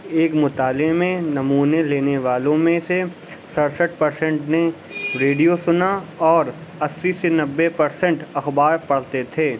ایک مطالعے میں نمونے لینے والوں میں سے سڑسٹھ پرسنٹ نے ریڈیو سنا اور اسی سے نبے پرسنٹ اخبار پڑھتے تھے